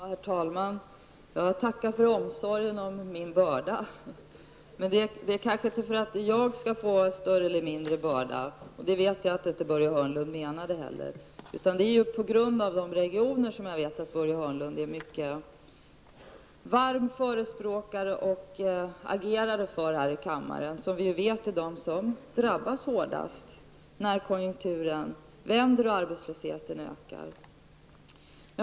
Herr talman! Jag tackar för omsorgen om min börda. Men det gällde kanske inte att jag skall få större eller mindre börda -- och det vet jag att Börje Hörnlund inte heller menade -- utan det gällde de regioner som Börje Hörnlund mycket varmt förespråkar och agerar för här i kammaren, och som drabbas hårdast när konjunkturen vänder och arbetslösheten ökar.